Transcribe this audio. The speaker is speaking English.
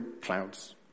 clouds